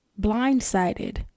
Blindsided